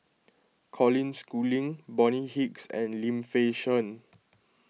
Colin Schooling Bonny Hicks and Lim Fei Shen